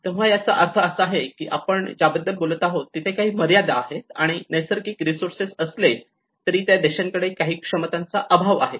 तेव्हा याचा अर्थ असा आहे की आपण ज्या बद्दल बोलत आहोत तिथे काही मर्यादा आहे आणि नैसर्गिक रिसोर्सेस असले तरी त्या देशांकडे काही क्षमतांचा अभाव आहे